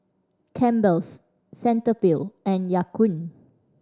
Campbell's Cetaphil and Ya Kun